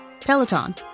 Peloton